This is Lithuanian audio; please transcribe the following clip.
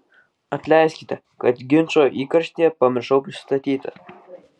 atleiskite kad ginčo įkarštyje pamiršau prisistatyti